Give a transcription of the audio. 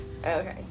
okay